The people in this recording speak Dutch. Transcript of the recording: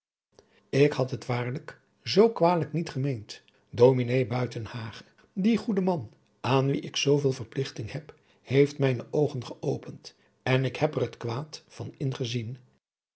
ik had het waarlijk zoo kwalijk niet gemeend ds buitenhagen die goede man aan wien ik zooveel verpligting heb heeft mijne oogen geopend en ik heb er het kwaad van ingezien